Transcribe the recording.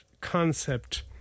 concept